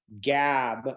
Gab